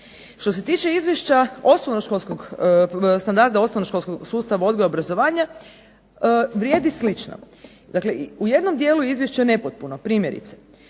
Što se tiče Izvješća standarda osnovnoškolskog sustava odgoja i obrazovanja vrijedi slično. Dakle, u jednom dijelu je izvješće nepotpuno. Primjerice,